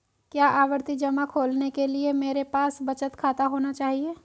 क्या आवर्ती जमा खोलने के लिए मेरे पास बचत खाता होना चाहिए?